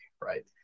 right